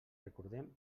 recordem